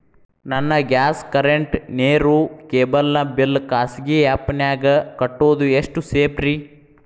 ನನ್ನ gas current, ನೇರು, cable ನ ಬಿಲ್ ಖಾಸಗಿ ಆ್ಯಪ್ ನ್ಯಾಗ್ ಕಟ್ಟೋದು ಎಷ್ಟು ಸೇಫ್ರಿ?